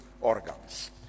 organs